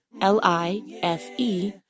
L-I-F-E